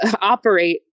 operate